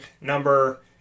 number